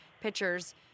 pitchers